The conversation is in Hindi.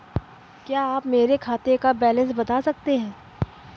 क्या आप मेरे खाते का बैलेंस बता सकते हैं?